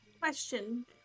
question